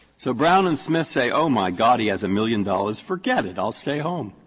so brown and smith say oh my god, he has a million dollars, forget it. i'll stay home.